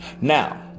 now